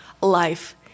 life